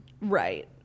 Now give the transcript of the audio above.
Right